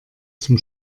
zum